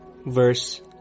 Verse